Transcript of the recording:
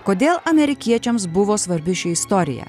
kodėl amerikiečiams buvo svarbi ši istorija